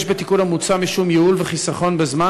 יש בתיקון המוצע משום ייעול וחיסכון בזמן,